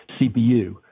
CPU